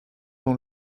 dans